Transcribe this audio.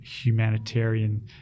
humanitarian